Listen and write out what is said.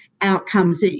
outcomes